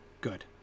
Good